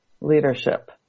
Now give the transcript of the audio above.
leadership